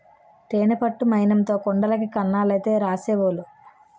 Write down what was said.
తేనె పట్టు మైనంతో కుండలకి కన్నాలైతే రాసేవోలు